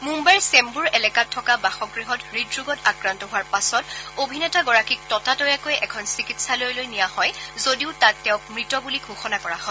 মুয়াইৰ চেম্বুৰ এলেকাত থকা বাসগৃহত হৃদৰোগত আক্ৰান্ত হোৱাৰ পাছত অভিনেতাগৰাকীক ততাতৈয়াকৈ এখন চিকিৎসালয়লৈ নিয়া হয় যদিও তাত তেওঁক মৃত বুলি ঘোষণা কৰা হয়